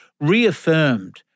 reaffirmed